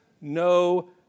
no